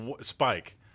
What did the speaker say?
Spike